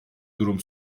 durum